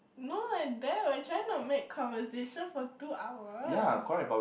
no like that we are trying to make conversation for two hours